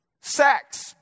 Sex